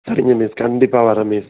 சரிங்க மிஸ் கண்டிப்பாக வர்றேன் மிஸ்